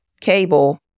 cable